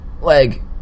Leg